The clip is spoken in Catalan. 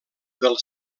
del